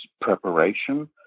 preparation